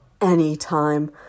anytime